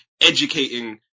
educating